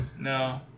No